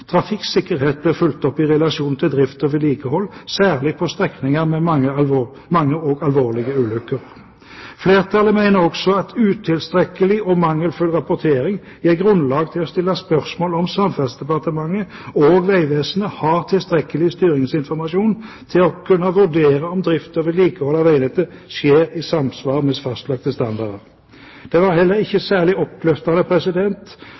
trafikksikkerhet blir fulgt opp i relasjon til drift og vedlikehold, særlig på strekninger med mange og alvorlige ulykker. Flertallet mener også at utilstrekkelig og mangelfull rapportering gir grunnlag for å stille spørsmål ved om Samferdselsdepartementet og Vegvesenet har tilstrekkelig styringsinformasjon til å kunne vurdere om drift og vedlikehold av veinettet skjer i samsvar med fastlagte standarder. Det var heller ikke